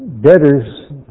debtors